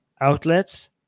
outlets